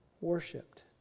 worshipped